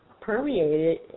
permeated